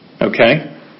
Okay